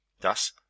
Thus